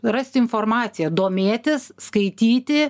rasti informaciją domėtis skaityti